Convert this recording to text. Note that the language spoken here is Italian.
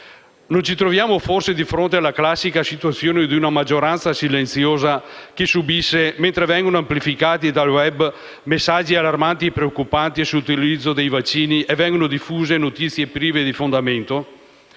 Non ci troviamo forse di fronte alla classica situazione di una maggioranza silenziosa che subisce mentre vengono amplificati dal *web* messaggi allarmanti e preoccupanti sull'utilizzo dei vaccini e vengono diffuse notizie prive di fondamenti